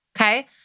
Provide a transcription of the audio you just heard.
Okay